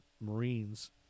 Marines